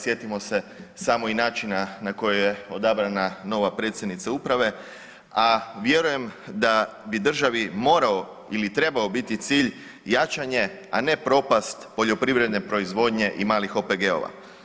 Sjetimo se samo i načina na koji je odabrana nova predsjednica uprave, a vjerujem da bi državi morao ili trebao biti cilj jačanje, a ne propast poljoprivredne proizvodnje i malih OPG-ova.